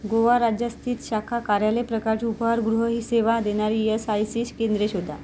गोवा राज्यात स्थित शाखा कार्यालय प्रकारची उपाहारगृह ही सेवा देणारी ई एस आय सी केंद्रे शोधा